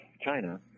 China